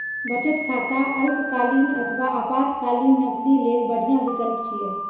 बचत खाता अल्पकालीन अथवा आपातकालीन नकदी लेल बढ़िया विकल्प छियै